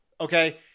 Okay